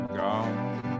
gone